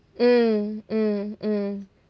mm mm mm